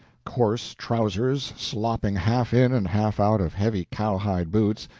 coarse trousers slopping half in and half out of heavy cowhide boots,